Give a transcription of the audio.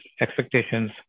expectations